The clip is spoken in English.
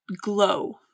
glow